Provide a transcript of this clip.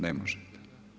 Ne možete.